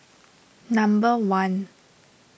number one